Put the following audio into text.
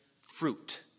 fruit